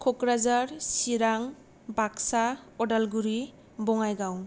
Kokrajhar Chirang Baksa Udalguri Bongaigaon